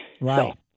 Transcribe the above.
Right